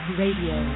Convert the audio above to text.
radio